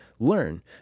Learn